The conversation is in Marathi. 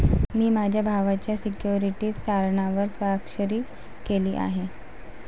मी माझ्या भावाच्या सिक्युरिटीज तारणावर स्वाक्षरी केली आहे